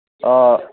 অঁ